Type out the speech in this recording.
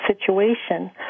situation